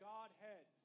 Godhead